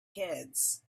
kids